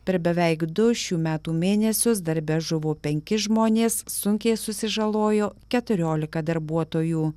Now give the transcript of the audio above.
per beveik du šių metų mėnesius darbe žuvo penki žmonės sunkiai susižalojo keturiolika darbuotojų